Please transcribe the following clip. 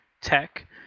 tech